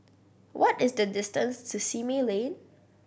what is the distance to Simei Lane